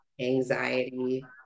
anxiety